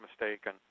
mistaken